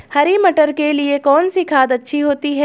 हरी मटर के लिए कौन सी खाद अच्छी होती है?